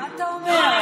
מה אתה אומר?